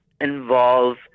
Involve